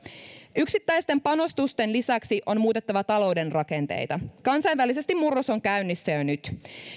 yksittäisten panostusten lisäksi on muutettava talouden rakenteita kansainvälisesti murros on käynnissä jo nyt